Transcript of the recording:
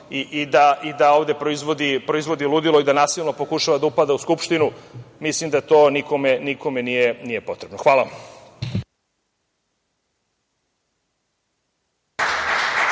i da ovde proizvodi ludilo i da nasilno pokušava da upada u Skupštinu, mislim da to nikome nije potrebno. Hvala